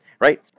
right